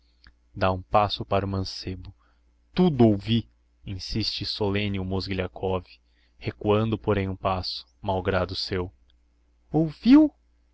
dá um passo para o mancebo tudo ouvi insiste solemne o mozgliakov recuando porém um passo mau grado seu ouviu